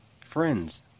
friends